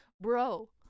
Bro